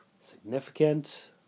significant